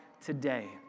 today